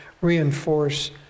reinforce